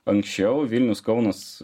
anksčiau vilnius kaunas